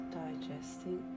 digesting